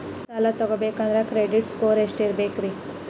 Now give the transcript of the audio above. ಸಾಲ ತಗೋಬೇಕಂದ್ರ credit score ಎಷ್ಟ ಇರಬೇಕ್ರಿ?